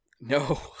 no